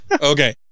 Okay